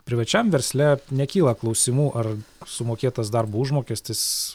privačiam versle nekyla klausimų ar sumokėtas darbo užmokestis